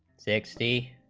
sixty